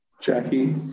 Jackie